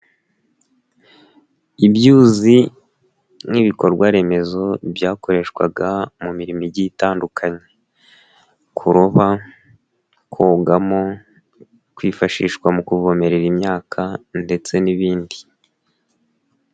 Ibyuzi nk'ibikorwaremezo byakoreshwaga mu mirimo ijyiye itandukanye; kuroba, kogamo, kwifashishwa mu kuvomerera imyaka ndetse n'ibindi.